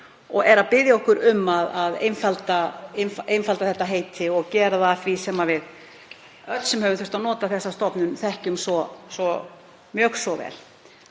og er að biðja okkur um að einfalda þetta heiti og gera það að því sem við öll sem höfum þurft að nota þessa stofnun þekkjum mjög svo vel.